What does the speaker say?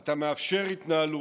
אתה מאפשר התנהלות,